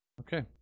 Okay